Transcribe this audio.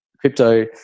crypto